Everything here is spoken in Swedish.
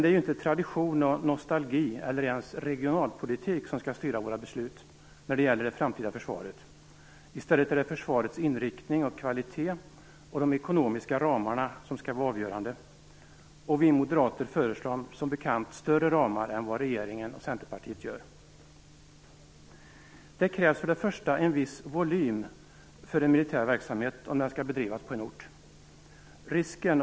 Det är dock inte tradition, nostalgi eller ens regionalpolitik som skall styra våra beslut om det framtida försvaret. I stället är det försvarets inriktning och kvalitet samt de ekonomiska ramarna som skall vara avgörande. Vi moderater föreslår, som bekant, större ramar än regeringen och Centerpartiet. För det första krävs det en viss volym när militär verksamhet skall bedrivas på en ort.